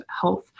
health